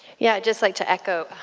yeah just like to echo,